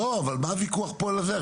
לא, אבל מה הוויכוח פה על זה?